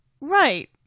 Right